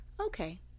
Okay